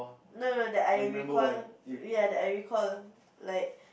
no no that I recall ya that I recall like